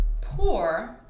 poor